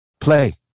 play